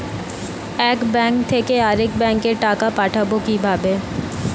এক ব্যাংক থেকে আরেক ব্যাংকে টাকা পাঠাবো কিভাবে?